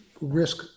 risk